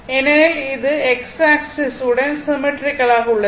ஏனெனில் இது x axis உடன் சிம்மெட்ரிக்கல் ஆக உள்ளது